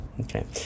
okay